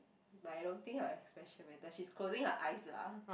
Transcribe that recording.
but I don't think her expression whether she's closing her eyes lah